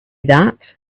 that